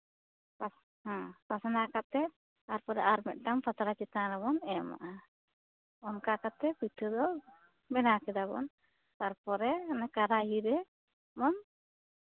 ᱦᱮᱸ ᱯᱟᱥᱱᱟᱣ ᱠᱟᱛᱮᱫ ᱛᱟᱨᱯᱚᱨᱮ ᱟᱨ ᱢᱤᱫᱴᱟᱱ ᱯᱟᱛᱲᱟ ᱪᱮᱛᱟᱱ ᱨᱮᱵᱚᱱ ᱮᱢᱟ ᱚᱱᱠᱟ ᱠᱟᱛᱮᱫ ᱯᱤᱴᱷᱟᱹ ᱫᱚ ᱵᱮᱱᱟᱣ ᱠᱮᱫᱟ ᱵᱚᱱ ᱛᱟᱨᱯᱚᱨᱮ ᱠᱟᱨᱟᱦᱤᱨᱮ ᱵᱚᱱ